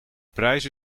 prijs